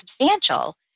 substantial